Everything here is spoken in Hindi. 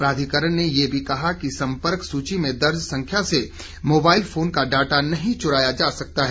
प्राधिकरण ने ये भी कहा है कि सम्पर्क सूची में दर्ज संख्या से मोबाइल फोन का डाटा नहीं चु्राया जा सकता है